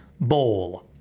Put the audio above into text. Bowl